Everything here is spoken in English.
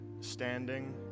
standing